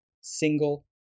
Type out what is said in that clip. single